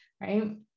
right